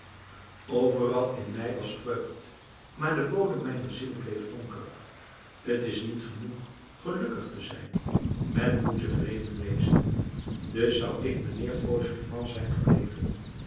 overal in mij was vreugd maar de bodem mijner ziel bleef donker t is niet genoeg gelukkig te zijn men moet tevreden wezen dus zou ik mijnheer fauchelevent zijn gebleven